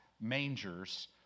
mangers